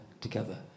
together